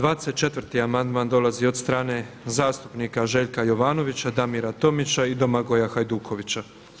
24. amandman dolazi od strane zastupnika Željka Jovanovića, Damira Tomića i Domagoja Hajdukovića.